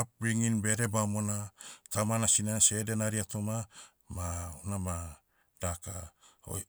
upbringing bede bamona, tamana sinana seh ede enaria toma, ma unama, daka, oi-